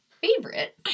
favorite